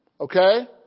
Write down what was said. okay